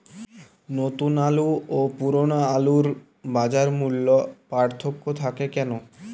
নতুন আলু ও পুরনো আলুর বাজার মূল্যে পার্থক্য থাকে কেন?